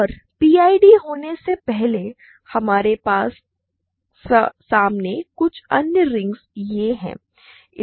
और PID होने से पहले हमारे सामने कुछ अन्य रिंग्स यह है